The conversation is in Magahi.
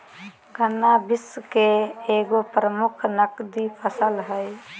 गन्ना विश्व के एगो प्रमुख नकदी फसल हइ